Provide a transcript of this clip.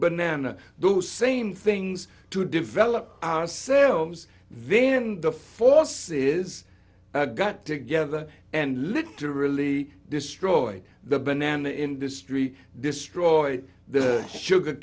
banana those same things to develop ourselves then the forces that got together and literally destroy the banana industry destroy the sugar